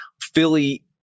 Philly